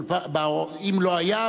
אם לא היה,